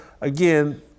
again